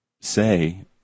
say